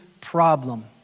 problem